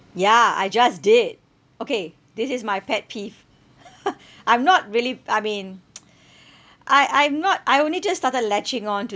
ya I just did okay this is my pet peeve I'm not really I mean I I'm not I only just started latching on to